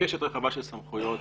קשת רחבה של סמכויות,